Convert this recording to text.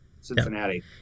cincinnati